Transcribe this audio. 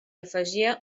afegia